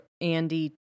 Andy